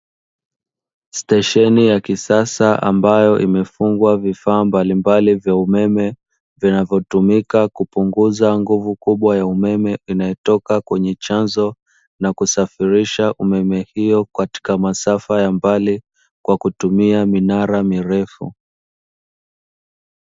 Stesheni ya kisasa ambayo imefungwa vifaa mbalimbali vya umeme vinavyotumika kupunguza nguvu kubwa ya umeme, inayotoka kwenye chanzo na kusafirisha umeme hiyo katika masafa ya mbali kwa kutumia minara mirefu.